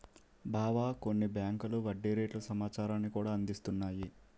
బావా కొన్ని బేంకులు వడ్డీ రేట్ల సమాచారాన్ని కూడా అందిస్తున్నాయి